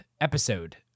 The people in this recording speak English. episode